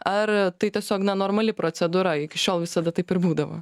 ar tai tiesiog na normali procedūra iki šiol visada taip ir būdavo